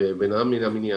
ובן אדם מן המניין,